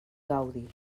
gaudi